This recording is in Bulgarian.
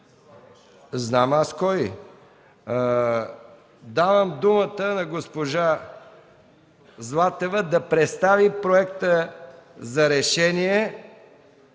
Давам думата на госпожа Златева да представи Проекта за решение